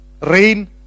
rain